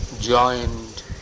joined